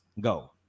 go